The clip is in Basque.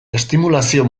estimulazio